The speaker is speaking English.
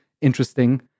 interesting